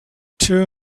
two